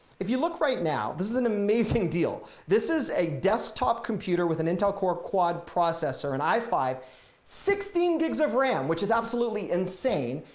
if you look right now this is an amazing deal. this is a desktop computer with an intel core quad processor, an ifive sixteen gigs of ram, which is absolutely insane.